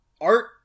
art